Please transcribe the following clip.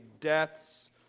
death's